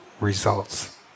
results